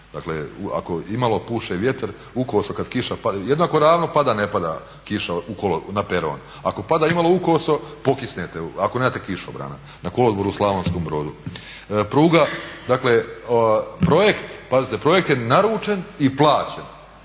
Dakle ako imalo puše vjetar ukoso kada kiša pada, jednako ravno pada ne pada kiša na peron. Ako pada imalo ukoso pokisnete ako nemate kišobrana na kolodvoru u Slavonskom Brodu. Pruga, dakle projekt, pazite projekt je naručen i plaćen